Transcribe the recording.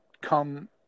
come